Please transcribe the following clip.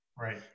Right